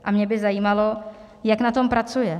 A mě by zajímalo, jak na tom pracuje.